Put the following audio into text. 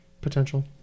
potential